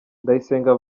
ndayisenga